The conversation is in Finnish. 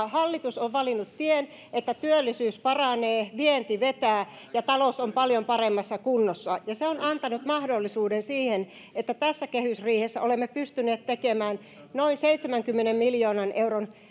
hallitus on valinnut tien että työllisyys paranee vienti vetää ja talous on paljon paremmassa kunnossa se on antanut mahdollisuuden siihen että tässä kehysriihessä olemme pystyneet tekemään noin seitsemänkymmenen miljoonan euron